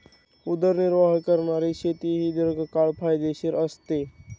उदरनिर्वाह करणारी शेती ही दीर्घकाळ फायदेशीर असते